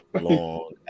long